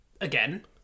again